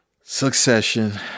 Succession